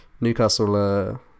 Newcastle